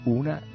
una